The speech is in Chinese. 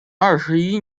二十一